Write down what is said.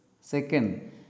Second